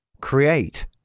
Create